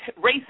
racist